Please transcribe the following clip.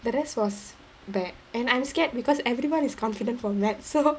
but that was bad and I'm scared because everyone is confident for maths so